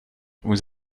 vous